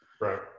Right